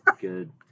good